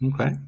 Okay